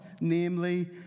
namely